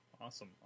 Awesome